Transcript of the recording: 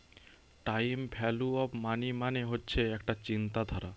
time value of money মানে হচ্ছে একটা চিন্তাধারা